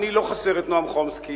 אני לא חסר את נועם חומסקי.